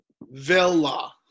Villa